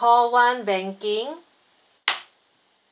call one banking